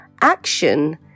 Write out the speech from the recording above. action